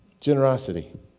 Generosity